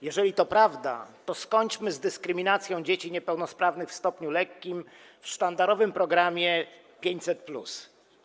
Jeżeli to prawda, to skończmy z dyskryminacją dzieci niepełnosprawnych w stopniu lekkim w sztandarowym programie 500+.